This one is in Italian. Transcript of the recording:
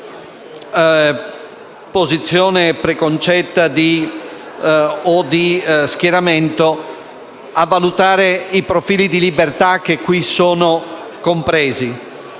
posizione preconcetta o di schieramento, a valutare i profili di libertà che qui sono compresi